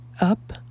up